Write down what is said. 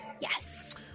Yes